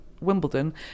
Wimbledon